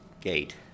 gate